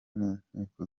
n’inkiko